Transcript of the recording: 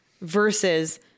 versus